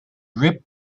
rib